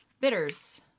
bitters